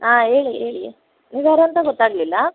ಹಾಂ ಹೇಳಿ ಹೇಳಿ ನೀವು ಯಾರು ಅಂತ ಗೊತ್ತಾಗಲಿಲ್ಲ